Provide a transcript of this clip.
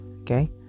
Okay